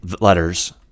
letters